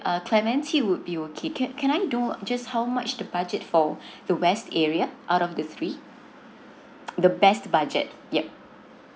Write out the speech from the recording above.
uh clementi would be okay can can I do just how much the budget for the west area out of the three the best budget yet